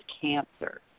cancer